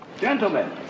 gentlemen